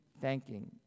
thanking